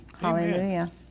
Hallelujah